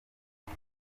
ubu